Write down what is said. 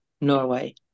Norway